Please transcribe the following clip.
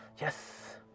Yes